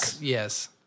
Yes